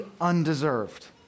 undeserved